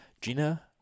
Gina